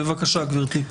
בבקשה, גברתי.